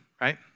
right